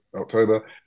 October